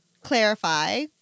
clarify